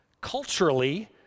Culturally